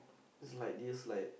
it was like this like